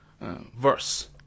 verse